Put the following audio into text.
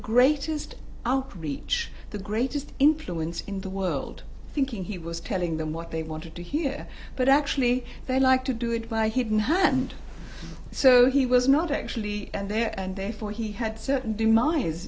greatest outreach the greatest influence in the world thinking he was telling them what they wanted to hear but actually they like to do it by hidden hand so he was not actually and there and therefore he had certain demise